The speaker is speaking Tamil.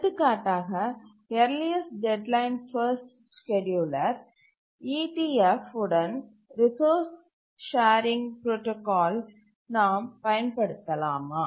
எடுத்துக்காட்டாக earliest deadline first scheduler E D F உடன் ரிசோர்ஸ் ஷேரிங் புரோடாகால் நாம் பயன்படுத்தலாமா